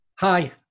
Hi